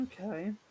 Okay